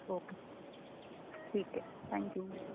okay ઠીક હૈ thank you